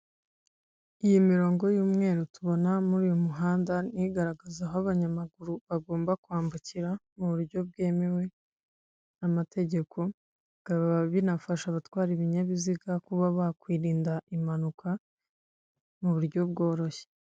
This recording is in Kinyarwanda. Iyi mirongo y'umweru tubona muri uyu muhanda; ni igaragaza aho abanyamaguru bagomba kwambukira mu buryo bwemewe n'amategeko, bikaba binafasha abatwara ibinyabiziga kuba bakwirinda impanuka muburyo bworoshye.